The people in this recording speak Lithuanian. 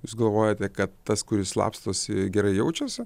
jūs galvojate kad tas kuris slapstosi gerai jaučiasi